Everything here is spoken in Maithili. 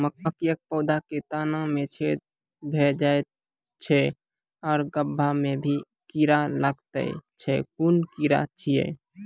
मकयक पौधा के तना मे छेद भो जायत छै आर गभ्भा मे भी कीड़ा लागतै छै कून कीड़ा छियै?